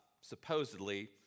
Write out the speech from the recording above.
supposedly